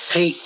Hey